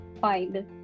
find